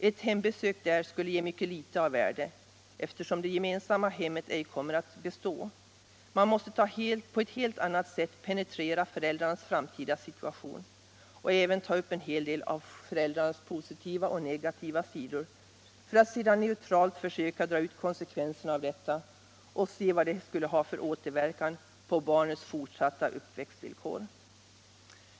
Ett hembesök där skulle ge mycket litet av värde eftersom det gemensamma hemmet ej kommer att bestå. Föräldrarnas framtida situation måste på ett helt annat sätt penetreras, och man måste även ta upp en hel del av föräldrarnas positiva och negativa sidor för att sedan neutralt försöka dra ut konsekvenserna av detta och se vad detta skulle ha för återverkan på barnets fortsatta uppväxtvillkor.